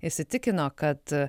įsitikino kad